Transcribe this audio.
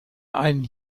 einen